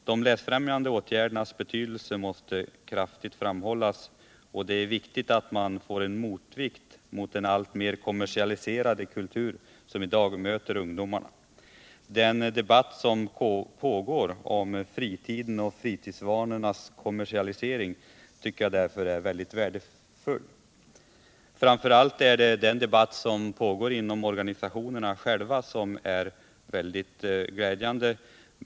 Den debatt som pågår om fritiden och fritidsvanornas kommersialisering är därför mycket värdefull. Framför allt är den debatt som pågår inom organisationerna väldigt glädjande.